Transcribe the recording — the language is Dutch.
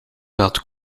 wilt